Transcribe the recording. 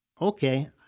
okay